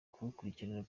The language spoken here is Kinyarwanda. kubikurikirana